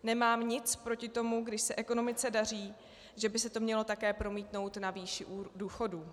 Nemám nic proti tomu, když se ekonomice daří, že by se to mělo také promítnout na výši důchodů.